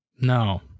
No